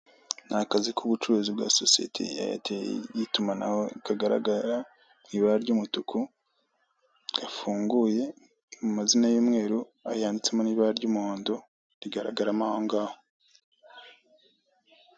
Ni akazu k'ubucuruzi bwa sosiyete ya Airtel y'itumanaho kagaragara mu ibara ry'umutuku gafunguye, amazina yumweru, yanditsemo n'ibara ry'umuhondo rigaragaramo aho hangaho.